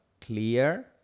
clear